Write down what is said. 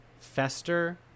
Fester